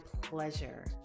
pleasure